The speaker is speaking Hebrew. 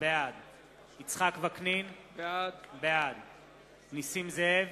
בעד יצחק וקנין, בעד נסים זאב,